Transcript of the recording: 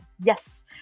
Yes